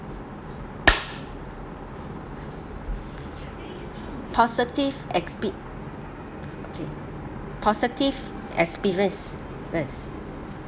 positive expe~ okay positive experiences